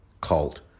Cult